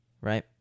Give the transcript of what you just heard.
right